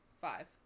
Five